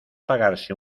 pagarse